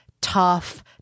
tough